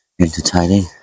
entertaining